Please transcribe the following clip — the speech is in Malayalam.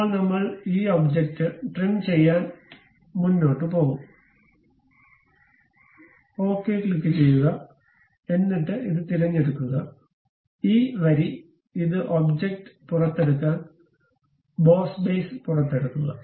ഇപ്പോൾ നമ്മൾ ഈ ഒബ്ജക്റ്റ് ട്രിം ചെയ്യാൻ മുന്നോട്ട് പോകും ഓക്കേ ക്ലിക്കുചെയ്യുക എന്നിട്ട് ഇത് തിരഞ്ഞെടുക്കുക ഈ വരി ഇത് ഒബ്ജക്റ്റ് പുറത്തെടുക്കാൻ ബോസ് ബേസ് പുറത്തെടുക്കുക